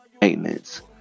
maintenance